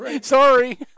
Sorry